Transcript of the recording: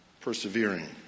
persevering